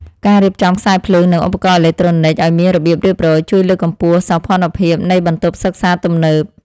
ការរៀបចំខ្សែភ្លើងនិងឧបករណ៍អេឡិចត្រូនិកឱ្យមានរបៀបរៀបរយ ជួយលើកកម្ពស់សោភ័ណភាពនៃបន្ទប់សិក្សាទំនើប។